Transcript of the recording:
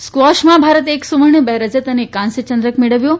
સ્કવૈશમાં ભારતે એક સુવર્ણ બે રજત અને એક કાસ્ય ચંદ્રક મેળવ્યો છે